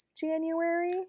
January